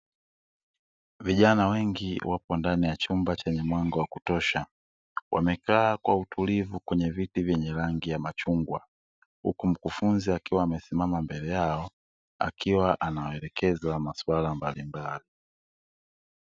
Vijana wengi wapo ndani ya chumba chenye mwanga wa kutosha, wamekaa kwa utulivu kwenye viti vyenye rangi ya machungwa huku mkufunzi akiwa amesimama mbele yao akiwaelekeza mambo mbalimbali.